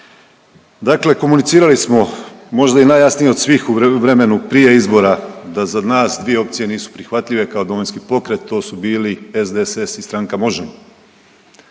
Dakle, komunicirali smo možda i najjasnije od svih u vremenu prije izbora da za nas dvije opcije nisu prihvatljive kao Domovinski pokret. To su bili SDSS i stranka Možemo!,